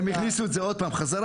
אז הם הכניסו את זה עוד פעם בחזרה.